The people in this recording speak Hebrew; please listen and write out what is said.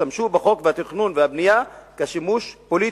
השתמשו בחוק התכנון והבנייה שימוש פוליטי,